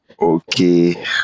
okay